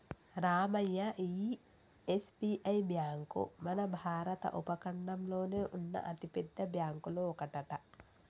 రామయ్య ఈ SBI bank మన భారత ఉపఖండంలోనే ఉన్న అతిపెద్ద బ్యాంకులో ఒకటట